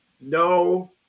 No